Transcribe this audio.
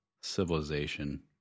Civilization